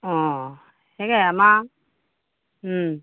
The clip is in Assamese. অ সেয়ে আমাৰ ওম